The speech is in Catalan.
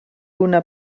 una